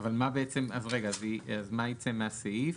מה יצא מהסעיף?